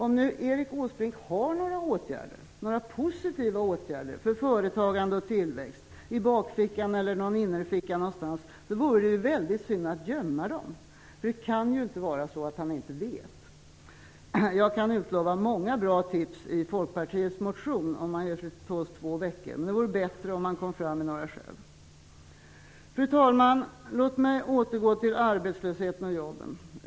Om nu Erik Åsbrink hade några positiva åtgärder för företagande och tillväxt i bakfickan, i någon innerficka eller någon annanstans vore det ju väldigt synd att gömma dem. Det kan ju inte vara så att han inte vet. Jag kan utlova många bra tips i Folkpartiets motion, om han ger sig till tåls i två veckor. Men det vore bättre om han kom fram med några själv. Fru talman! Låt mig återgå till frågan om arbetslösheten och jobben.